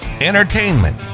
entertainment